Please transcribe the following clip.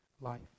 life